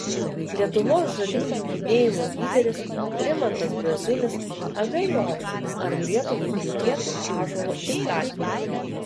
lietuvos žaliųjų judėjimo lyderis rimantas braziulis abejoja ar lietuvai reikėtų ąžuolo įstatymo